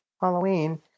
Halloween